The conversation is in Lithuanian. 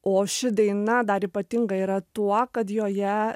o ši daina dar ypatinga yra tuo kad joje